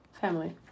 family